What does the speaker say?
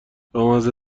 بامزه